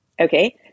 okay